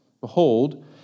behold